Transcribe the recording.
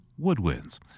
woodwinds